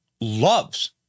loves